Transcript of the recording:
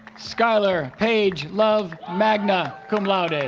skyler paige love magna cum laude and